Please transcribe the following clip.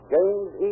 James